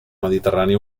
mediterrani